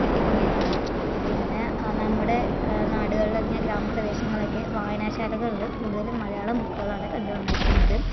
കിട്ടിക്കൊണ്ടിരിക്കുന്നത് പിന്നെ നമ്മടെ നാടുകളില് അല്ലെങ്കിൽ ഗ്രാമ പ്രദേശങ്ങളിലൊക്കെ വായനാശാലകളില് കൂടുതലും മലയാളം ബുക്കുകളാണ് കണ്ടുവന്നിരിക്കുന്നത്